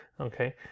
okay